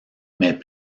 mais